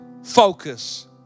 focus